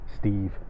Steve